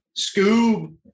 Scoob